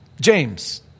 James